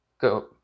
go